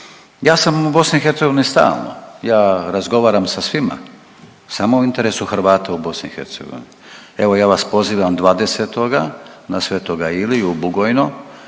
Ja sam u BiH stalno. Ja razgovaram sa svima samo u interesu Hrvata u BiH. Evo, ja vas pozivam 20. na Sv. Iliju u Bugojno